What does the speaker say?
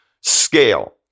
scale